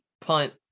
punt